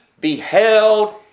beheld